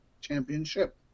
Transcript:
Championship